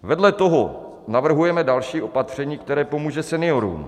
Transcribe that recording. Vedle toho navrhujeme další opatření, které pomůže seniorům.